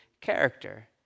character